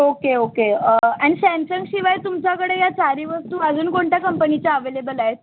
okay okay आणि सॅमसंगशिवाय तुमच्याकडे या चारही वस्तू अजून कोणत्या कंपनीच्या अवेलेबल आहेत